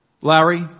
Larry